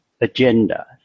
agenda